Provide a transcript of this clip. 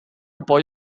poi